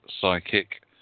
psychic